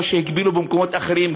כמו שהגבילו במקומות אחרים,